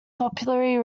popularly